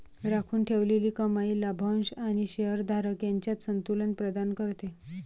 राखून ठेवलेली कमाई लाभांश आणि शेअर धारक यांच्यात संतुलन प्रदान करते